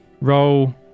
Roll